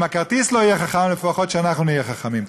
אם הכרטיס לא יהיה חכם, לפחות שאנחנו נהיה חכמים.